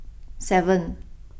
seven